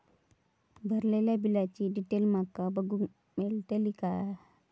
भरलेल्या बिलाची डिटेल माका बघूक मेलटली की नाय?